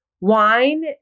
Wine